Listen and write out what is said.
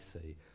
see